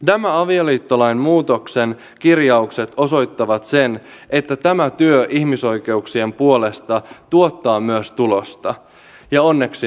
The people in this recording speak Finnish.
nämä avioliittolain muutoksen kirjaukset osoittavat sen että tämä työ ihmisoikeuksien puolesta tuottaa myös tulosta ja onneksi niin